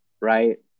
right